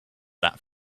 that